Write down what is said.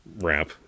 wrap